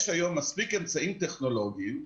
יש היום מספיק אמצעים טכנולוגיים,